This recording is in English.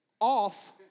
off